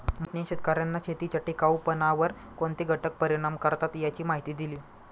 मोहितने शेतकर्यांना शेतीच्या टिकाऊपणावर कोणते घटक परिणाम करतात याची माहिती दिली